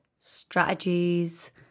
strategies